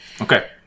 Okay